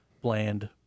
bland